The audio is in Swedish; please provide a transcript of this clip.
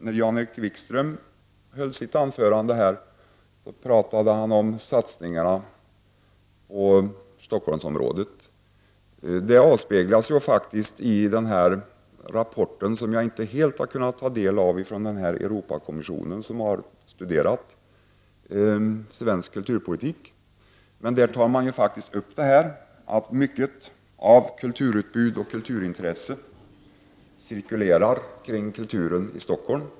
När Jan-Erik Wikström höll sitt anförande talade han om satsningarna i Stockholmsområdet. Detta avspeglas i rapporten — som jag inte helt har kunnat ta del av — från den Europarådskommission som har studerat svensk kulturpolitik. Där tar man upp att mycket av kulturutbud och kulturintresse cirkulerar kring kulturen i Stockholm.